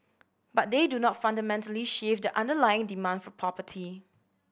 but they do not fundamentally shift the underlying demand for property